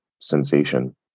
sensation